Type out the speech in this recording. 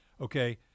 Okay